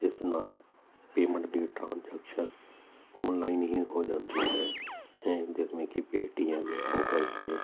ਜਿਸ ਨਾਲ ਪੇਮੈਂਟ ਦੀ ਟਰਾਂਜੈਕਸ਼ਨ ਆਨਲਾਈਨ ਹੀ ਹੋ ਜਾਂਦੀ ਹੈ ਜਿਵੇਂ ਕੀ ਪੇਟੀਐਮ ਗੂਗਲ ਪੇ